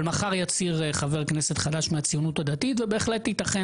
מחר יצהיר חבר כנסת חדש מהציונות הדתית ובהחלט ייתכן